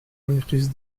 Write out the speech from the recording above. maîtrise